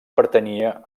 pertanyia